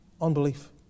Unbelief